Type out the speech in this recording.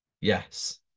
Yes